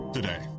today